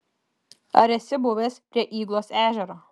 ar esi buvęs prie yglos ežero